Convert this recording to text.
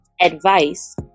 advice